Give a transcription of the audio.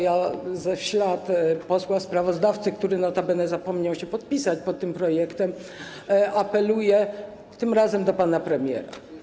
Ja w ślad za posłem sprawozdawcą - który notabene zapomniał się podpisać pod tym projektem - apeluję tym razem do pana premiera.